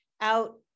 out